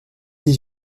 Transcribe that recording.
dix